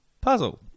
puzzle